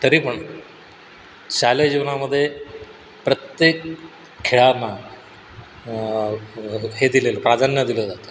तरी पण शालेय जीवनामध्ये प्रत्येक खेळांना हे दिलेलं प्राधान्य दिलं जातं